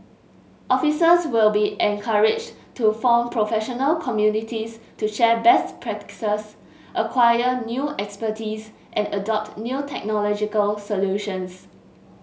officers will be encouraged to form professional communities to share best practices acquire new expertise and adopt new technological solutions